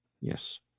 Yes